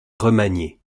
remaniés